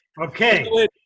Okay